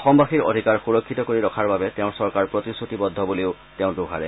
অসমবাসীৰ অধিকাৰ সুৰক্ষিত কৰি ৰখাৰ বাবে তেওঁৰ চৰকাৰ প্ৰতিশ্ৰুতিবদ্ধ বুলিও তেওঁ দোহাৰে